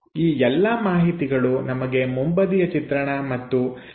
ಈ ಎಲ್ಲಾ ಮಾಹಿತಿಗಳು ನಮಗೆ ಮುಂಬದಿಯ ಚಿತ್ರಣ ಮತ್ತು ಮೇಲ್ಬದಿಯ ಚಿತ್ರಣಗಳಿಂದ ಸಿಗುತ್ತವೆ